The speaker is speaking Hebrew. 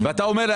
אתה אומר,